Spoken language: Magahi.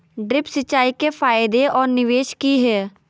ड्रिप सिंचाई के फायदे और निवेस कि हैय?